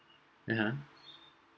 (uh huh)